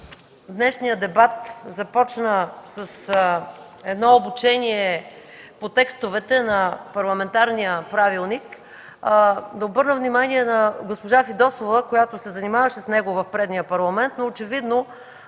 днешният дебат започна с едно обучение по текстовете на Парламентарния правилник, да обърна внимание на госпожа Фидосова, която се занимаваше с него в предния Парламент, очевидно